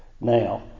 Now